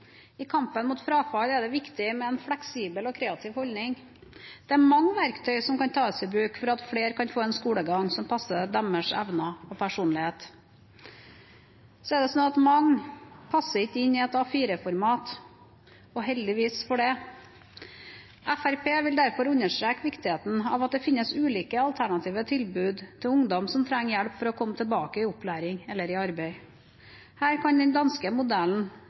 med en fleksibel og kreativ holdning. Det er mange verktøy som kan tas i bruk for at flere kan få en skolegang som passer deres evner og personlighet. Mange passer ikke inn i et A4-format, og godt er det. Fremskrittspartiet vil derfor understreke viktigheten av at det finnes ulike alternative tilbud til ungdom som trenger hjelp til å komme tilbake i opplæring eller i arbeid. Her kan den danske modellen